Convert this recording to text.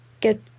get